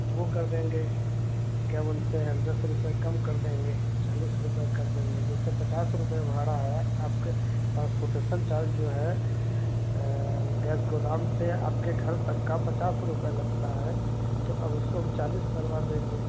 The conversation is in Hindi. वह कर देंगे क्या बोलते हैं दस रुपये कम कर देंगे चालीस रुपये कर देंगे जैसे पचास रुपये भाड़ा है आपके ट्रांसपोर्टेसन चार्ज जो है गैस गोदाम से आपके घर तक का पचास रुपये लगता है तो अब उसको हम चालीस करवा देंगे